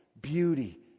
beauty